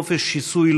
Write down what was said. חופש שיסוי,